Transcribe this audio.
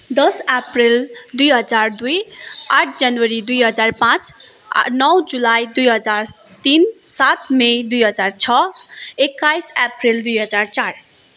दस अप्रेल दुई हजार दुई आठ जनवरी दुई हजार पाँच आ नौ जुलाई दुई हजार तिन सात मे दुई हजार छ एक्काइस अप्रेल दुई हजार चार